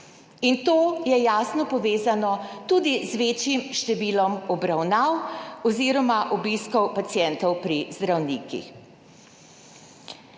in to je jasno povezano tudi z večjim številom obravnav oziroma obiskov pacientov pri zdravnikih.